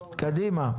קדימה.